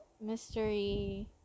mystery